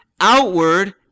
outward